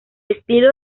estilo